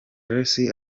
grace